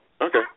Okay